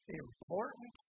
important